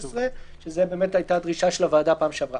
זו הייתה דרישת הוועדה בפעם הקודמת.